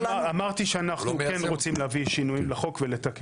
אמרתי שאנחנו כן רוצים להביא שינוי לחוק ולתקן.